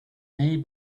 made